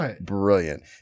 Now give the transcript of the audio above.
brilliant